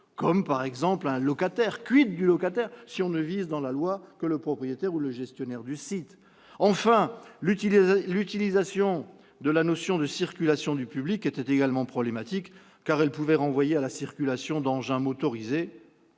potentiels de la chose. du locataire si l'on ne vise dans la loi que le propriétaire ou le gestionnaire du site ? Enfin, l'utilisation de la notion de « circulation du public » était également problématique, car elle pouvait renvoyer à la circulation d'engins motorisés